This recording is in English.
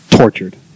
tortured